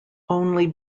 only